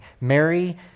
Mary